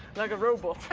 like a robot.